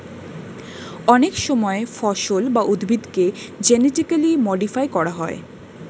অনেক সময় ফসল বা উদ্ভিদকে জেনেটিক্যালি মডিফাই করা হয়